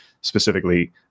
specifically